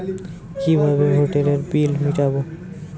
কিভাবে হোটেলের বিল মিটাব?